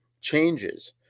changes